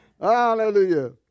Hallelujah